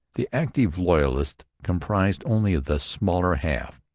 the active loyalists comprised only the smaller half.